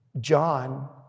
John